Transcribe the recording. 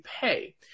pay